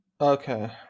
Okay